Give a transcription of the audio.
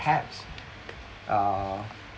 perhaps uh